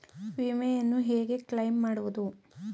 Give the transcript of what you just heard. ವಿಮೆಯನ್ನು ಹೇಗೆ ಕ್ಲೈಮ್ ಮಾಡುವುದು?